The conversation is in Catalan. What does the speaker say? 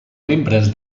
membres